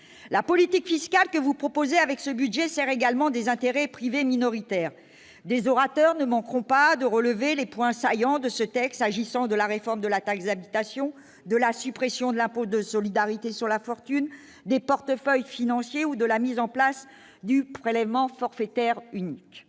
la politique fiscale que vous proposez avec ce budget sert également des intérêts privés minoritaires des orateurs ne manqueront pas de relever les points saillants de ce texte, agissant de la réforme de la taille des habitations de la suppression de l'impôt de solidarité sur la fortune des portefeuilles financiers ou de la mise en place du prélèvement forfaitaire unique,